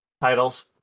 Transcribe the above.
titles